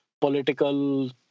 political